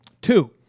Two